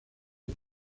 los